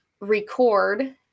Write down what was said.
record